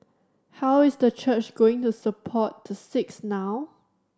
how is the church going to support the six now